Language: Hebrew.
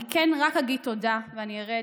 אני כן אגיד תודה ואני ארד,